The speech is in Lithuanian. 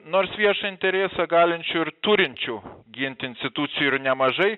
nors viešą interesą galinčių ir turinčių ginti institucijų ir nemažai